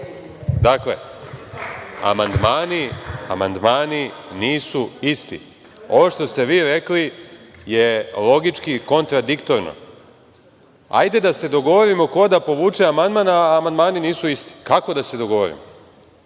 amandmani nisu isti. Ovo što ste vi rekli je logički kontradiktorno – hajde da se dogovorimo ko da povuče amandman, a amandmani nisu isti. Kako da se dogovorimo?